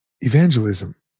evangelism